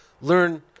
learn –